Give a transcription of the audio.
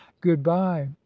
good-bye